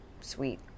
sweet